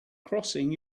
crossing